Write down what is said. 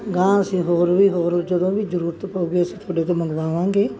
ਅਗਾਂਹ ਅਸੀਂ ਹੋਰ ਵੀ ਹੋਰ ਜਦੋਂ ਵੀ ਜਰੂਰਤ ਪਊਗੀ ਅਸੀਂ ਤੁਹਾਡੇ ਤੋਂ ਮੰਗਵਾਵਾਂਗੇ